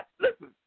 listen